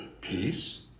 peace